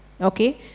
Okay